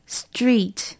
street